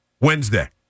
Wednesday